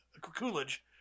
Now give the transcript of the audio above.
Coolidge